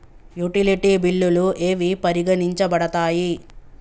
Utility బిల్లులు ఏవి పరిగణించబడతాయి?